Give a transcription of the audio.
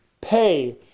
pay